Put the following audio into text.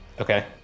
Okay